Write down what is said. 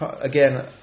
again